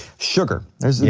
sugar. yeah